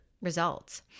results